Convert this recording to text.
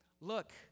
look